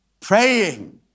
praying